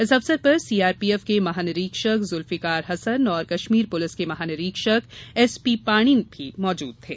इस अवसर पर सीआरपीएफ के महानिरीक्षक जुल्फीकार हसन और कश्मीर पुलिस के महानिरीक्षक एस पी पाणी भी मौजूद थे